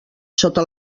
sota